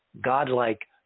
godlike